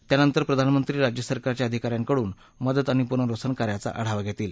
त्यानंतर प्रधानमंत्री राज्य सरकारच्या अधिका यांकडून मदत आणि पुनर्वसन कार्याचा आढावा घेतील